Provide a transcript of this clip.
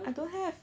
I don't have